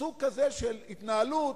מסוג כזה של התנהלות,